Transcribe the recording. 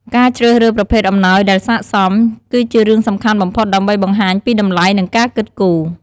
ការជ្រើសរើសប្រភេទអំណោយដែលស័ក្តិសម គឺជារឿងសំខាន់បំផុតដើម្បីបង្ហាញពីតម្លៃ និងការគិតគូរ។